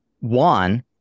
One